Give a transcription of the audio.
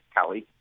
Kelly